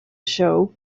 show